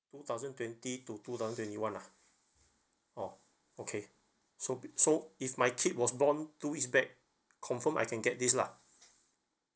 two thousand twenty to two thousand twenty one lah oh okay so so if my kid was born two weeks back confirm I can get this lah